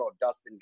Dustin